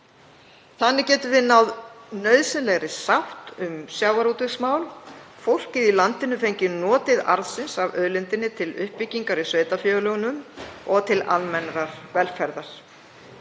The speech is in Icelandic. Þannig getum við náð nauðsynlegri sátt um sjávarútvegsmál. Fólkið í landinu fengi notið arðsins af auðlindinni til uppbyggingar í sveitarfélögunum og til almennrar velferðar.